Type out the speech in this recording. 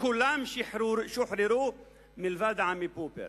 כולם שוחררו מלבד עמי פופר.